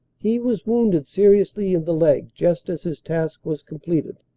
he was wounded ser iously in the leg just as his task was completed,